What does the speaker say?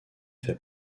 fait